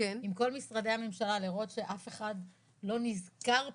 עם כל משרדי הממשלה לראות שאף אחד לא נזכר פתאום,